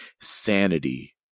sanity